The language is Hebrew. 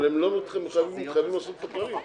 אבל הם מתחייבים לעשות את הכללים.